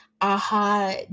aha